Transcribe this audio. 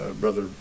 brother